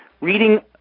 reading